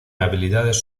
habilidades